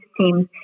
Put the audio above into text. teams